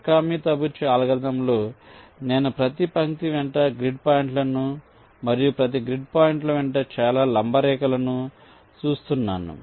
Mikami Tabuchi అల్గోరిథంలో నేను ప్రతి పంక్తి వెంట గ్రిడ్ పాయింట్లను మరియు ప్రతి గ్రిడ్ పాయింట్ల వెంట చాలా లంబ రేఖలను చూస్తున్నాను